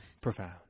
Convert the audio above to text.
Profound